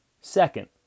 Second